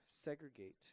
segregate